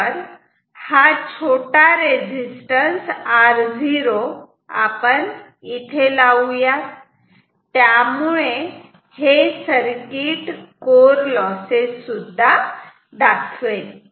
तर हा छोटा रेजिस्टन्स R0 आपण इथे लावूयात त्यामुळे हे सर्किट कोर लॉसेस सुद्धा दाखवेल